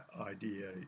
idea